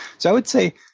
so i would say,